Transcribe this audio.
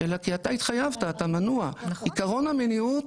אלא כי אתה התחייבת, אתה מנוע, עיקרון המניעות